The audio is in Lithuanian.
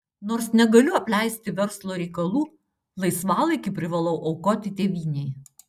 nors negaliu apleisti verslo reikalų laisvalaikį privalau aukoti tėvynei